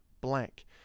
Blank